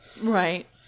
Right